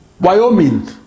Wyoming